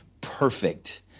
perfect